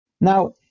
Now